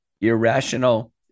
irrational